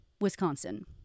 Wisconsin